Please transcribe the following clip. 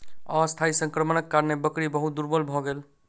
अस्थायी संक्रमणक कारणेँ बकरी बहुत दुर्बल भ गेल